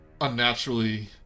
unnaturally